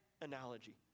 analogy